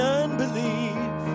unbelief